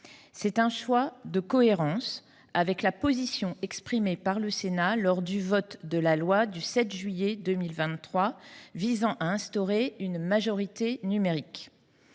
d’un choix cohérent avec la position exprimée par le Sénat lors de l’examen de la loi du 7 juillet 2023 visant à instaurer une majorité numérique